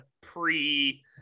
pre-